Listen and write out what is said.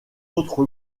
autre